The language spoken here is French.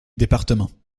départements